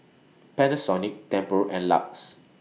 Panasonic Tempur and LUX